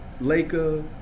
Laker